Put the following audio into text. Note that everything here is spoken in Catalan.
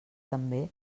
també